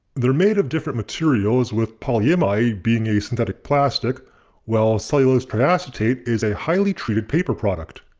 they're made of different materials with polyimide being a synthetic plastic while cellulose triacetate is a highly treated paper product.